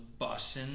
bussin